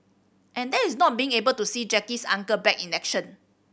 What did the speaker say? and that is not being able to see Jackie's Uncle back in action